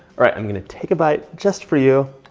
right, i'm gonna take a bite just for you.